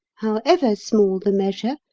however small the measure,